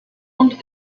und